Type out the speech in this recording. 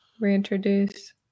reintroduce